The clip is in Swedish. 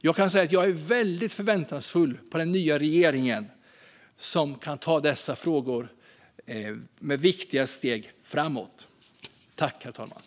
Jag kan säga att jag är väldigt förväntansfull inför att den nya regeringen tillträder och kan ta viktiga steg framåt i dessa frågor.